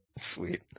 Sweet